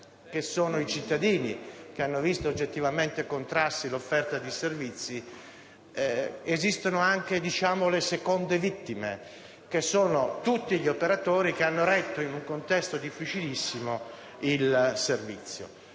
sono state i cittadini, che hanno visto oggettivamente contrarsi l'offerta dei servizi, le seconde vittime sono tutti gli operatori, che hanno retto in un contesto difficilissimo il servizio.